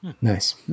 Nice